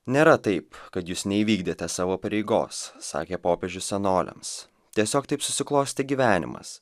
nėra taip kad jūs neįvykdėte savo pareigos sakė popiežius senoliams tiesiog taip susiklostė gyvenimas